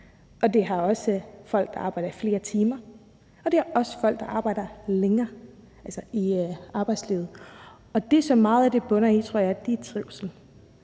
og de har folk, der arbejder i flere timer, og folk, der arbejder længere, altså i arbejdslivet. Det, som meget af det bunder i, tror jeg er, at de